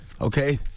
Okay